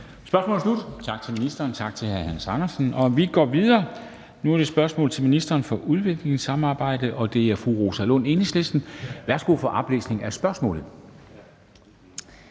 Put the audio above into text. Spørgsmålet er slut. Tak til ministeren, og tak til hr. Hans Andersen. Vi går videre med et spørgsmål til ministeren for udviklingssamarbejde af fru Rosa Lund, Enhedslisten. Kl. 13:29 Spm.